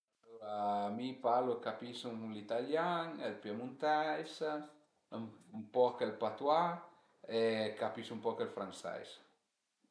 Alura mi parlu e capisu l'italian, ël piemunteis, ën poc ël patouà e capisu ën poc ël franseis